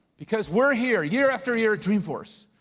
because we're here year after year at dreamforce,